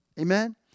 Amen